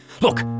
Look